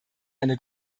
eine